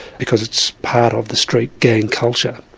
because it's part of the street gang culture.